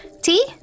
tea